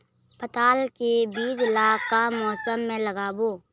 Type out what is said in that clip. पताल के बीज ला का मौसम मे लगाबो?